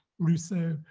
rousseau,